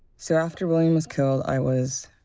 so after william was killed, i was.